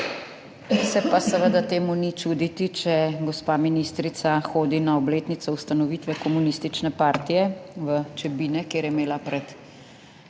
se pa seveda temu ni čuditi, če gospa ministrica hodi na obletnico ustanovitve komunistične partije v Čebine, kjer je imela pred